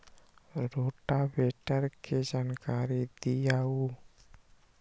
Rotavator के जानकारी दिआउ?